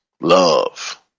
love